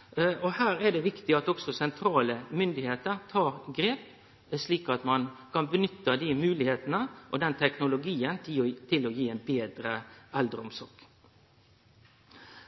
hausten. Her er det viktig at òg sentrale myndigheiter tek grep, slik at ein kan nytte dei moglegheitene og den teknologien til å gi ei betre eldreomsorg.